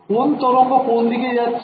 কোন তরঙ্গ কোন দিকে যাচ্ছে